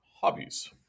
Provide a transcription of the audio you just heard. hobbies